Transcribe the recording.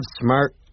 smart